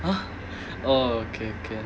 ah oh okay okay